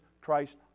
Christ